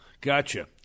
Gotcha